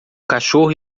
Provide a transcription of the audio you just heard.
cachorro